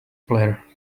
player